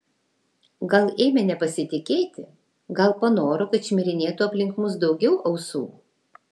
gal ėmė nepasitikėti gal panoro kad šmirinėtų aplink mus daugiau ausų